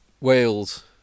Wales